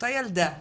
אותה ילדה,